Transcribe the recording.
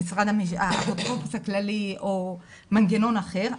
האפוטרופוס הכללי, או מנגנון אחר.